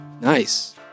Nice